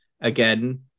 again